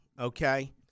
okay